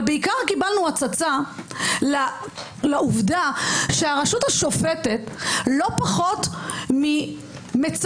אבל בעיקר קיבלנו הצצה לעובדה שהרשות השופטת לא פחות ממצפצפת,